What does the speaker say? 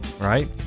Right